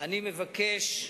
אני מבקש,